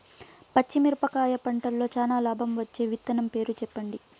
పచ్చిమిరపకాయ పంటలో చానా లాభం వచ్చే విత్తనం పేరు చెప్పండి?